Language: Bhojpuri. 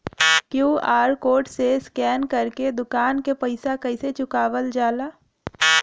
क्यू.आर कोड से स्कैन कर के दुकान के पैसा कैसे चुकावल जाला?